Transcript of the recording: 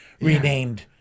renamed